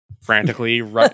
frantically